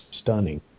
stunning